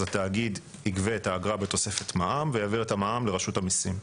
אז התאגיד יגבה את האגרה בתוספת מע"מ ויעביר את המע"מ לרשות המיסים.